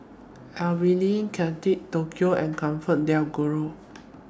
Avalon Kate Tokyo and ComfortDelGro